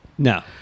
No